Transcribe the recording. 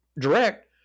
direct